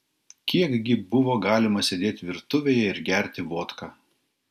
kiek gi buvo galima sėdėti virtuvėje ir gerti vodką